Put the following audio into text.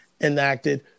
enacted